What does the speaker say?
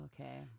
Okay